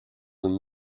une